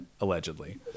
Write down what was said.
allegedly